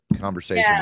conversation